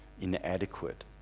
inadequate